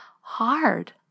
hard